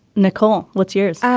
nicole let's hear it.